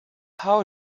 how